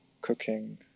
cooking